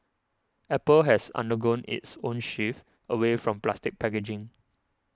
apple has undergone its own shift away from plastic packaging